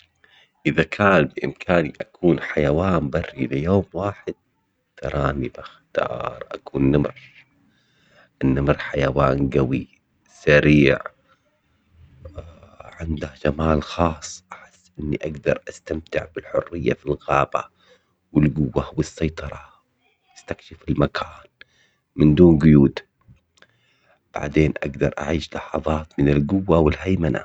اذا كان بامكاني اكون حيوان بري ليوم واحد تراني بختار اكون نمر. النمر حيوان قوي سريع. اه عنده جمال خاص احس اني اقدر استمتع بالحرية في الغابة. والقوة والسيطرة استكشف المكان من دون قيود. بعدين اقدر اعيش لحظات من القوة والهيمنة